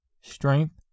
strength